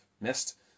missed